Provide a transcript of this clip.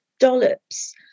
dollops